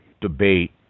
debate